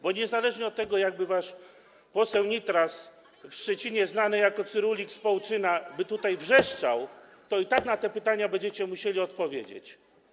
Bo niezależnie od tego, jak wasz poseł Nitras, w Szczecinie znany jako cyrulik z Połczyna, by tutaj wrzeszczał, to i tak na te pytania będziecie musieli odpowiedzieć.